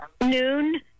Noon